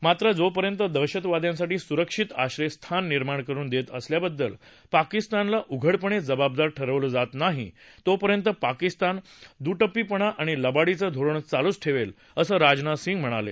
मात्र जोपर्यंत दहशतवाद्यांसाठी सुरक्षित आश्रयस्थान निर्माण करुन देत असल्याबद्दल पाकिस्तानला उघडपणे जबाबदार ठरवलं जात नाही तोपर्यंत पाकिस्तान दुटप्पीपणा आणि लबाडीचं धोरण चालूच ठेवेल असं राजनाथ सिंग म्हणाले